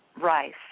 rice